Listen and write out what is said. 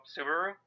Subaru